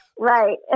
Right